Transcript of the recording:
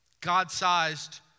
God-sized